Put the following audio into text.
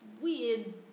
weird